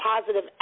positive